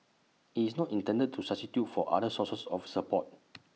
IT is not intended to substitute for other sources of support